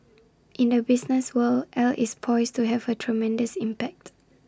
in the business world AI is poised to have A tremendous impact